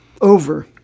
over